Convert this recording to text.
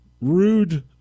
Rude